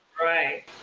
Right